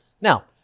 Now